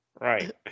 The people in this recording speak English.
right